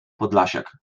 podlasiak